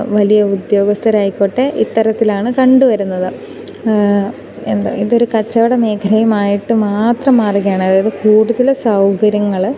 വലിയ ഉദ്യോഗസ്ഥർ ആയിക്കോട്ടെ ഇത്തരത്തിലാണ് കണ്ടു വരുന്നത് എന്താ ഇതൊരു കച്ചവട മേഖലയുമായിട്ട് മാത്രം മാറുകയാണ് അതായത് കൂടുതൽ സൗകര്യങ്ങൾ